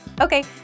Okay